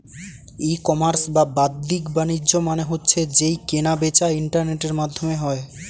ই commerce বা বাদ্দিক বাণিজ্য মানে হচ্ছে যেই কেনা বেচা ইন্টারনেটের মাধ্যমে হয়